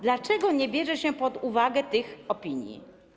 Dlaczego nie bierze się pod uwagę tych opinii?